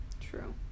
true